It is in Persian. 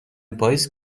پاییز